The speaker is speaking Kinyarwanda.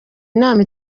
inama